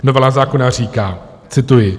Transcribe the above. Novela zákona říká cituji: